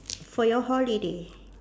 for your holiday